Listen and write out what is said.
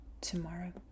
tomorrow